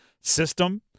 system